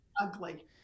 ugly